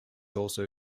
also